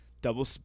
Double